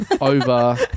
over